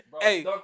Hey